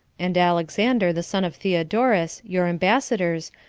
and alexander, the son of theodorus, your ambassadors,